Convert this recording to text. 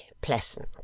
pleasant